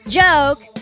joke